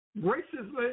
graciously